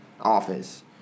office